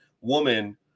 woman